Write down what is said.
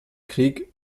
krieg